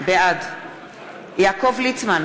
בעד יעקב ליצמן,